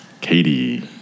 Katie